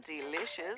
Delicious